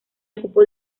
ocupó